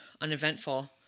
uneventful